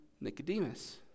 Nicodemus